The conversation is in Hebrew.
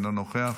אינו נוכח,